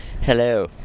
Hello